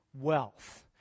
wealth